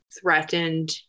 threatened